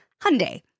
Hyundai